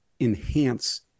enhance